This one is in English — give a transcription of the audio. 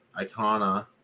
Icona